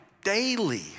daily